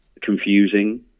confusing